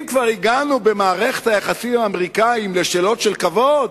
אם כבר הגענו במערכת היחסים עם האמריקנים לשאלות של כבוד,